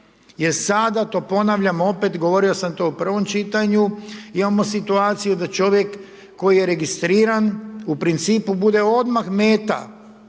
jer sada to ponavljam opet, govorio sam to u prvom čitanju, imamo situaciju da čovjek koji je registriran, u principu bude odmah meta